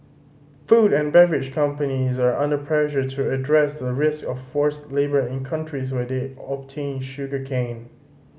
food and beverage companies are under pressure to address the risk of forced labour in countries where they obtain sugarcane